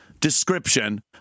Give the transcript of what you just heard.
description